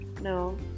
no